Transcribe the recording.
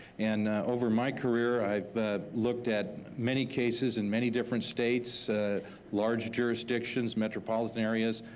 and over my career i've looked at many cases in many different states large jurisdictions, metropolitan areas,